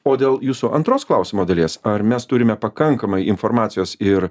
o dėl jūsų antros klausimo dalies ar mes turime pakankamai informacijos ir